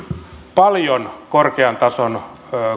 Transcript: paljon korkean tason